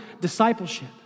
discipleship